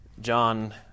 John